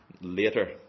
later